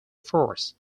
force